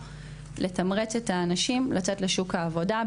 לתמרץ את האנשים לצאת לשוק העבודה.